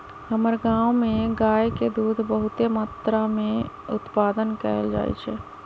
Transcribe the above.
हमर गांव में गाय के दूध बहुते मत्रा में उत्पादन कएल जाइ छइ